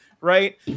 right